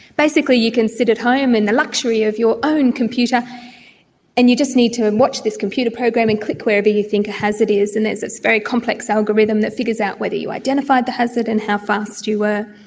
basically you can sit at home in a luxury of your own computer and you just need to watch this computer program and click wherever you think a hazard is. and there's this very complex algorithm that figures out whether you identified the hazard and how fast you were.